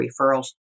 referrals